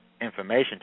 information